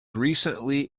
recently